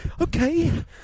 okay